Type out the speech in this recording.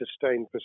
sustained